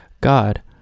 God